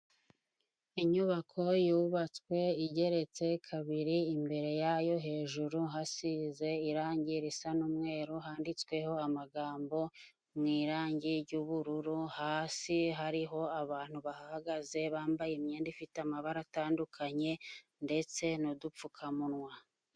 Inyubako yubatswe igeretse kabiri. Imbere yayo hejuru hasize irangi risa n'umweru. Handitsweho amagambo mu irangi ry'ubururu . Hasi hariho abantu bahahagaze bambaye imyenda ifite amabara atandukanye ndetse n'udupfukamunwa.